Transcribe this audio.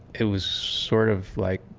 it was sort of like,